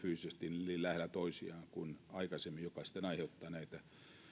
fyysisesti niin lähellä toisiaan kuin aikaisemmin mikä sitten aiheuttaa näitä